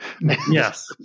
Yes